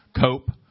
cope